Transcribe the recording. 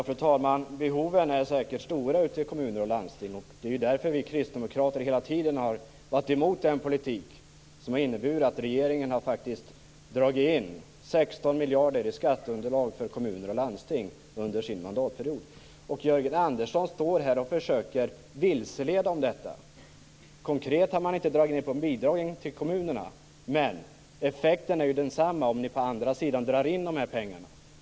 Fru talman! Behoven är säkert stora ute i kommuner och landsting. Det är därför som vi kristdemokrater hela tiden har varit emot den politik som har inneburit att regeringen har dragit in 16 miljarder i skatteunderlag för kommuner och landsting under sin mandatperiod. Jörgen Andersson står här och försöker vilseleda när det gäller detta. Konkret har ni inte minskat bidragen till kommunerna, men effekten är ju densamma om ni på andra sidan drar in de här pengarna.